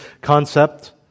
concept